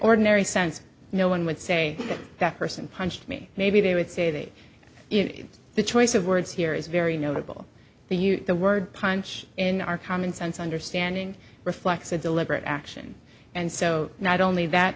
ordinary sense no one would say that person punched me maybe they would say in the choice of words here is very notable they use the word punch in our common sense understanding reflects a deliberate action and so not only that